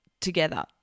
together